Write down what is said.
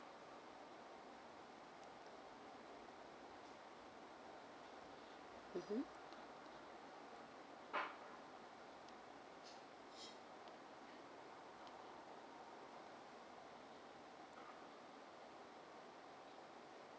mmhmm